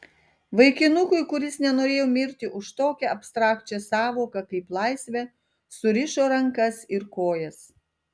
vaikinukui kuris nenorėjo mirti už tokią abstrakčią sąvoką kaip laisvė surišo rankas ir kojas